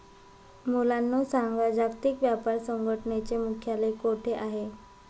मुलांनो सांगा, जागतिक व्यापार संघटनेचे मुख्यालय कोठे आहे